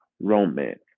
romance